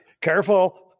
careful